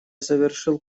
завершил